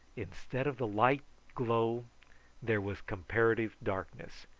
instead of the light glow there was comparative darkness,